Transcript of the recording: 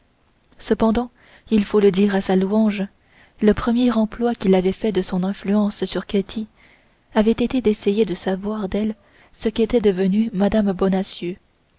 cependant il faut le dire à sa louange le premier emploi qu'il avait fait de son influence sur ketty avait été d'essayer de savoir d'elle ce qu'était devenue mme bonacieux